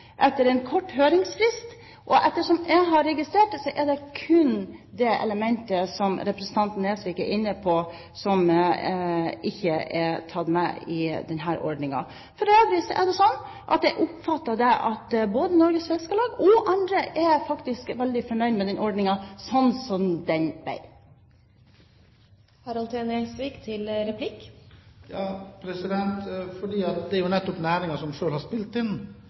etter en kort høringsfrist. Etter det jeg har registrert, er det kun det elementet som representanten Nesvik er inne på, som ikke er tatt med i denne ordningen. For øvrig er det sånn at jeg oppfatter at både Norges Fiskarlag og andre faktisk er veldig fornøyd med den ordningen, sånn som den ble. Det er nettopp næringen selv som har kommet med innspill om akkurat dette perspektivet, som gjør at en del faller utenfor ordningen, fordi man nettopp ekskluderer eiere som har